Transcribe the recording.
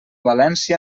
valència